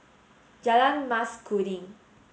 Jalan Mas Kuning